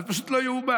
אבל זה פשוט לא ייאמן.